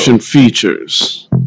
features